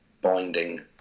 binding